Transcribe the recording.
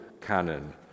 canon